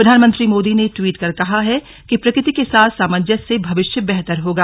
प्रधानमंत्री मोदी ने ट्वीट कर कहा है कि प्रकृति के साथ सामांजस्य से भविष्य बेहतर होगा